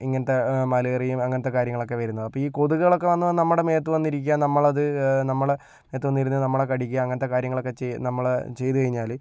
ഇങ്ങനത്തെ മലേറിയയും അങ്ങനത്തെ കാര്യങ്ങളൊക്കെ വരുന്നത് അപ്പോൾ ഈ കൊതുകുകളൊക്കെ വന്ന് നമ്മുടെ മേത്ത് വന്നിരിക്കുക നമ്മളത് നമ്മളെ മേത്ത് വന്നിരുന്ന് നമ്മളെ കടിക്കുക അങ്ങനത്തെ കാര്യങ്ങളൊക്കെ നമ്മളെ ചെയ്ത് കഴിഞ്ഞാൽ